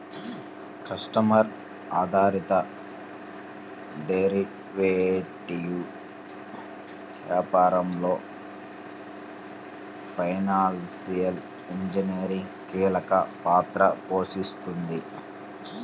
customer ఆధారిత derivatives వ్యాపారంలో financial engineering కీలక పాత్ర పోషిస్తుంది